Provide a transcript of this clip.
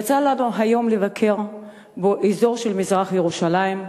יצא לנו היום לבקר באזור של מזרח-ירושלים,